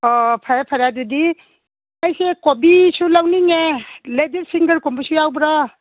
ꯑꯣ ꯐꯔꯦ ꯐꯔꯦ ꯑꯗꯨꯗꯤ ꯑꯩꯁꯦ ꯀꯣꯕꯤꯁꯨ ꯂꯧꯅꯤꯡꯉꯦ ꯂꯦꯗꯤꯁ ꯐꯤꯡꯒꯔ ꯀꯨꯝꯕꯁꯨ ꯌꯥꯎꯕ꯭ꯔꯣ